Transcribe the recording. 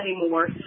anymore